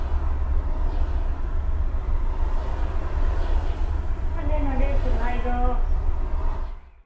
ᱟᱞᱮ ᱱᱚᱸᱰᱮ ᱥᱚᱨᱦᱟᱭ ᱫᱚ